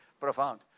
Profound